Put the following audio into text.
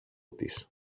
της